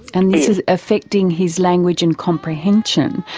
and this is affecting his language and comprehension.